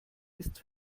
ist